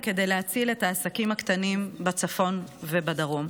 כדי להציל את העסקים הקטנים בצפון ובדרום,